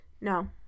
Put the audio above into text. No